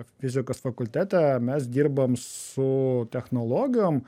fizikos fakultetą mes dirbam su technologijom